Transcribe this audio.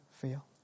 feel